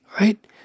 right